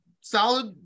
solid